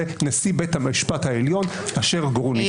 זה נשיא בית המשפט העליון אשר גרוניס.